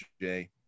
Jay